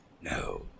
No